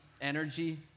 energy